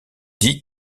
dit